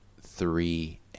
three